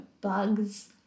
bugs